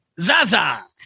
Zaza